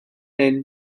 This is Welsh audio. hyn